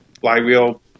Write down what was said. flywheel